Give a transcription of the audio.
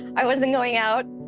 i wasn't going out.